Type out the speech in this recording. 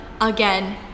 again